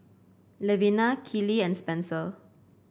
Levina Keely and Spenser